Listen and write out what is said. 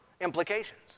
implications